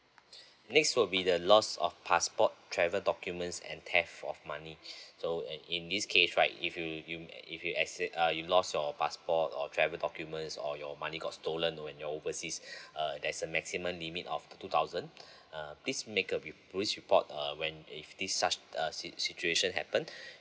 next will be the loss of passport travel documents and theft of money so in in this case right if you if you acci~ uh you lost your passport or travel documents or your money got stolen when you're overseas err there's a maximum limit of two thousand uh please make a re~ police report err when if this such a si~ situation happened